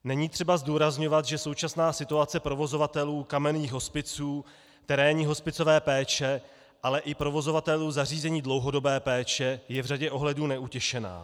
Není třeba zdůrazňovat, že současná situace provozovatelů kamenných hospiců, terénní hospicové péče, ale i provozovatelů zařízení dlouhodobé péče je v řadě ohledů neutěšená.